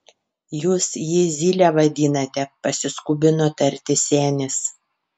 jūs jį zyle vadinate pasiskubino tarti senis